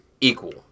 Equal